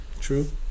True